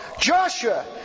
Joshua